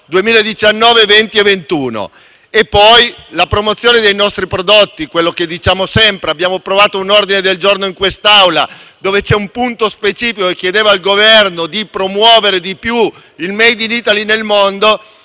2019, 2020 e 2021. C'è poi la promozione dei nostri prodotti, di cui parliamo sempre. Abbiamo approvato un ordine del giorno in quest'Aula, con un punto specifico che chiedeva al Governo di promuovere di più il *made in Italy* nel mondo;